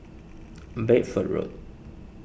Bedford Road